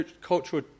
cultural